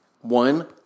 one